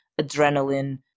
adrenaline